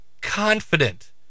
confident